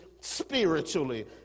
spiritually